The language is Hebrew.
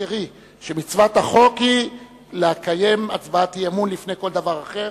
ותזכרי שמצוות החוק היא לקיים הצבעת אי-אמון לפני כל דבר אחר.